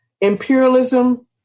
Imperialism